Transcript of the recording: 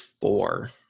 four